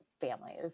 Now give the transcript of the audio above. families